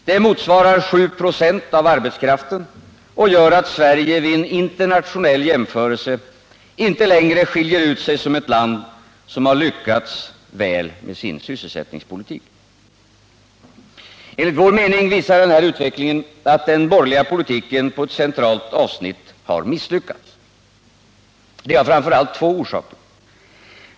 Det motsvarar 7 96 av arbetskraften och gör att Sverige vid en internationell jämförelse inte längre skiljer ut sig som ett land som lyckats väl med sin sysselsättningspolitik. Enligt vår mening visar den här utvecklingen att den borgerliga politiken på ett centralt avsnitt har misslyckats. Det har framför allt två orsaker.